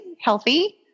healthy